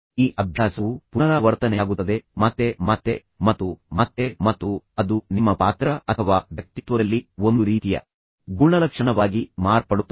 ಈ ಅಭ್ಯಾಸವು ಪುನರಾವರ್ತನೆಯಾಗುತ್ತದೆ ಮತ್ತೆ ಮತ್ತೆ ಮತ್ತು ಮತ್ತೆ ಮತ್ತು ಅದು ನಿಮ್ಮ ಪಾತ್ರ ಅಥವಾ ವ್ಯಕ್ತಿತ್ವದಲ್ಲಿ ಒಂದು ರೀತಿಯ ಗುಣಲಕ್ಷಣವಾಗಿ ಮಾರ್ಪಡುತ್ತದೆ